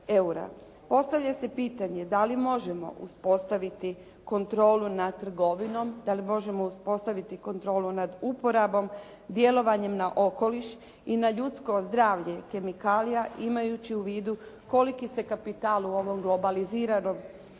Postavlja se pitanje da li možemo uspostaviti kontrolu nad trgovinom, da li možemo uspostaviti kontrolu nad uporabom, djelovanjem na okoliš i na ljudsko zdravlje kemikalija imajući u vidu koliki se kapital u ovom globaliziranom